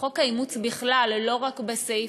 חוק האימוץ בכלל, לא רק בסעיף,